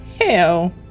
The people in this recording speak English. Hell